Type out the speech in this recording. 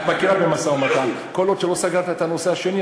את מכירה משא-ומתן: כל עוד לא סגרת את הנושא השני,